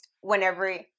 whenever